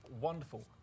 wonderful